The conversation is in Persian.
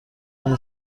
پنج